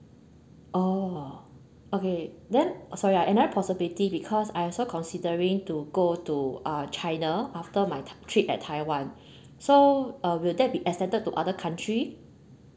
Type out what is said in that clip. oh okay then sorry ah another possibility because I also considering to go to uh china after my trip at taiwan so uh will that be extended to other country